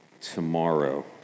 tomorrow